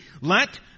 Let